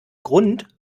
grund